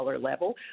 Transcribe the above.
level